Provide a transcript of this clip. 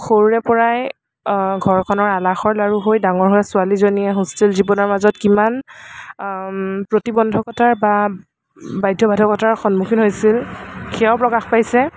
সৰুৰেপৰাই ঘৰখনৰ আলাসৰ লাৰু হৈ ডাঙৰ হোৱা ছোৱালীজনীয়ে হোষ্টেল জীৱনৰ মাজত কিমান প্ৰতিবন্ধকতাৰ বা বাধ্য়বাধকতাৰ সন্মুখীন হৈছিল সেইয়াও প্ৰকাশ পাইছে